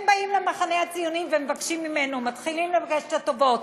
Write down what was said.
הם באים למחנה הציוני ומתחילים לבקש את הטובות.